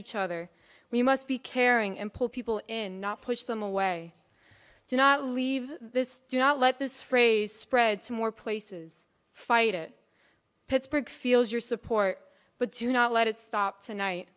each other we must be caring and pull people in not push them away do not leave this do not let this phrase spread to more places fight it pittsburgh feels your support but to not let it stop tonight